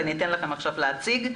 ואתן לכם עכשיו להציגו,